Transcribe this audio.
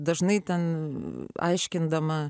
dažnai ten aiškindama